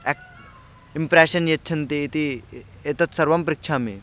act impression यच्छन्ति इति एतत् सर्वं पृच्छामि